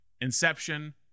inception